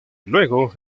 luego